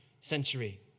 century